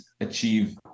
achieve